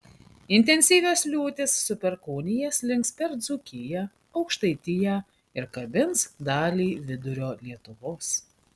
intensyvios liūtys su perkūnija slinks per dzūkiją aukštaitiją ir kabins dalį vidurio lietuvos